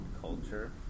culture